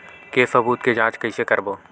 के सबूत के जांच कइसे करबो?